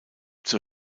zur